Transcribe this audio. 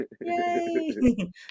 Yay